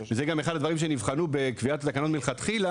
וזה גם אחד הדברים שנבחנו בקביעת התקנות מלכתחילה,